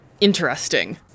interesting